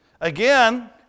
Again